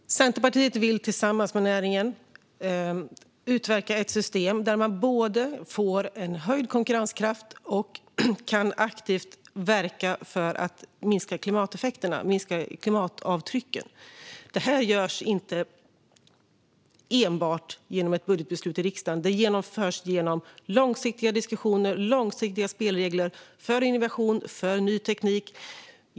Herr talman! Centerpartiet vill tillsammans med näringen utverka ett system där man både får en höjd konkurrenskraft och aktivt kan verka för att minska klimateffekterna och klimatavtrycket. Detta görs inte enbart genom ett budgetbeslut i riksdagen; det genomförs genom långsiktiga diskussioner och långsiktiga spelregler för innovation och för ny teknik.